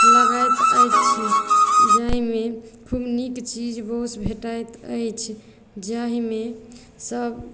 लगैत अछि जाहिमे खूब नीक चीज वस्तु भेटैत अछि जाहिमे सभ